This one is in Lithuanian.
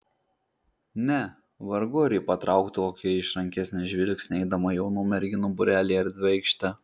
ne vargu ar ji patrauktų kokį išrankesnį žvilgsnį eidama jaunų merginų būrelyje erdvia aikšte